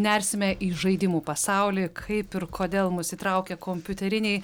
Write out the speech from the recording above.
nersime į žaidimų pasaulį kaip ir kodėl mus įtraukia kompiuteriniai